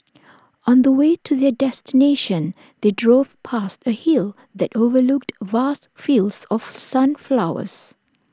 on the way to their destination they drove past A hill that overlooked vast fields of sunflowers